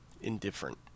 Indifferent